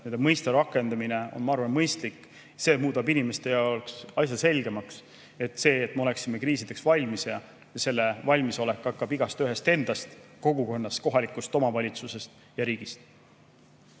mõiste rakendamine on, ma arvan, mõistlik, see muudab inimeste jaoks asja selgemaks. See tähendab, et me oleksime kriisideks valmis ja valmisolek hakkab igaühest endast, kogukonnast, kohalikust omavalitsusest ja riigist.